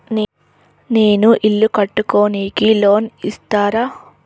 నేను ఇల్లు కట్టుకోనికి లోన్ ఇస్తరా?